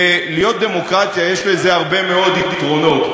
להיות דמוקרטיה, יש לזה הרבה מאוד יתרונות.